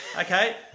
Okay